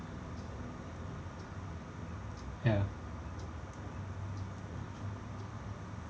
ya